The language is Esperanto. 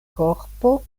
korpo